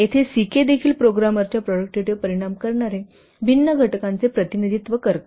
येथे C K देखील प्रोग्रामरच्या प्रॉडक्टिव्हिटीवर परिणाम करणारे भिन्न घटकांचे प्रतिनिधित्व करते